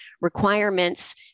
requirements